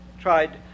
tried